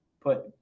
put